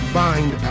bind